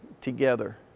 together